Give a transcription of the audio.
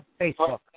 Facebook